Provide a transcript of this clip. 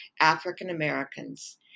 African-Americans